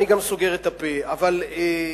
אני סוגר את המרפסת,